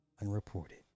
unreported